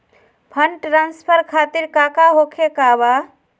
Fund transfer खातिर काका होखे का बा?